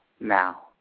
now